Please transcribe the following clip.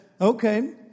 okay